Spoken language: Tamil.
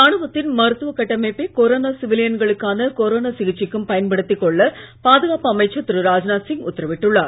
ராணுவத்தின் கட்டமைப்பை கொரோனா மருத்துவ சிவிலியன்களுக்கான கொரோனா சிகிச்சைக்கும் பயன்படுத்திக் கொள்ள பாதுகாப்பு அமைச்சர் திரு ராஜ்நாத் சிங் உத்தரவிட்டுள்ளார்